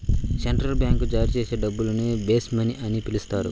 central బ్యాంకులు జారీ చేసే డబ్బుల్ని బేస్ మనీ అని పిలుస్తారు